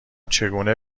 چگونه